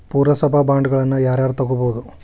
ಪುರಸಭಾ ಬಾಂಡ್ಗಳನ್ನ ಯಾರ ಯಾರ ತುಗೊಬೊದು?